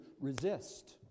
resist